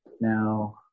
now